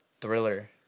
thriller